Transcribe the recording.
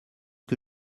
que